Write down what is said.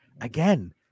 Again